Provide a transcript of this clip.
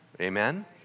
amen